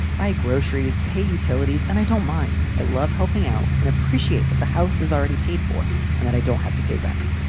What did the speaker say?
buy groceries, pay utilities. and i don't mind. i love helping out and appreciate that the house is already paid for and that i don't have to pay rent.